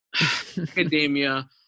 Academia